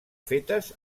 fetes